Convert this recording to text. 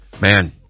Man